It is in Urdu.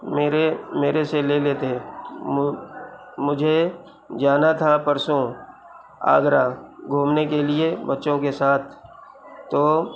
میرے میرے سے لے لیتے مجھے جانا تھا پرسوں آگرہ گھومنے کے لئے بچوں کے ساتھ تو